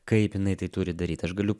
kaip jinai tai turi daryt aš galiu